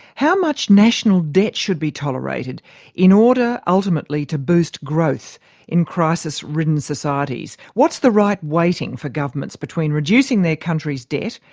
how much national debt should be tolerated in order, ultimately, to boost growth in crisis-ridden societies? what's the right weighting for governments between reducing their country's debt,